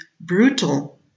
brutal